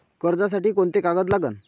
कर्जसाठी कोंते कागद लागन?